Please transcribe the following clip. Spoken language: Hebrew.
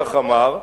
כך אמר.